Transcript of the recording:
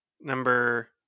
Number